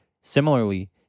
Similarly